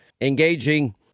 engaging